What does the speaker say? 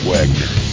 Wagner